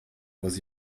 was